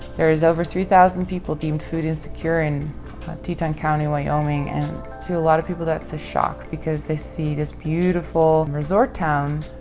there is over three thousand people deemed food insecure in teton county, wyoming and to a lot of people that's a shock because they see this beautiful resort town.